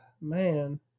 man